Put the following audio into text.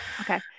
okay